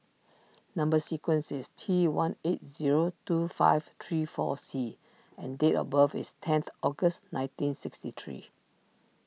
Number Sequence is T one eight zero two five three four C and date of birth is tenth August nineteen sixty three